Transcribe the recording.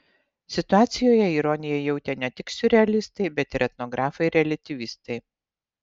situacijoje ironiją jautė ne tik siurrealistai bet ir etnografai reliatyvistai